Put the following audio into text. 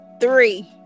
three